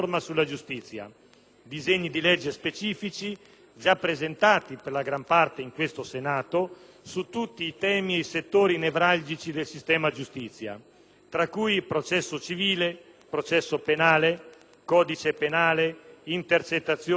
disegni di legge specifici, già presentati per la gran parte in questo Senato, su tutti i temi e i settori nevralgici del sistema giustizia, tra cui: processo civile; processo penale; codice penale; intercettazioni telefoniche;